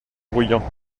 bruyants